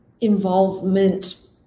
involvement